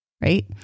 Right